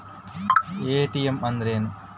EMI ಅಂದ್ರೇನು?